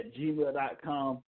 gmail.com